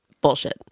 Bullshit